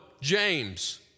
James